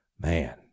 man